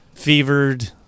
Fevered